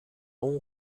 اون